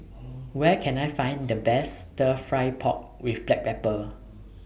Where Can I Find The Best Stir Fry Pork with Black Pepper